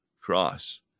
cross